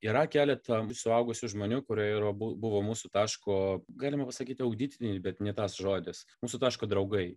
yra keletą suaugusių žmonių kurie yra bu buvo mūsų taško galima sakyti ugdytiniai bet ne tas žodis mūsų taško draugai